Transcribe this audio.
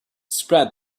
spread